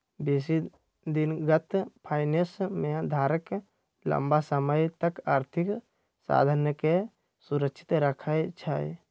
बेशी दिनगत फाइनेंस में धारक लम्मा समय तक आर्थिक साधनके सुरक्षित रखइ छइ